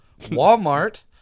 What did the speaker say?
walmart